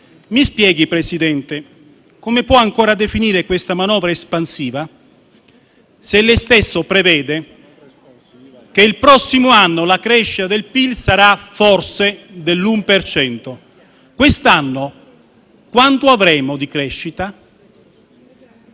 Mi spieghi, Presidente, come può ancora definire questa manovra espansiva se lei stesso prevede che il prossimo anno la crescita del PIL sarà forse dell'uno per cento. A quanto ammonterà la crescita